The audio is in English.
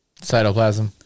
Cytoplasm